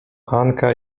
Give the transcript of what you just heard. anka